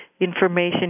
information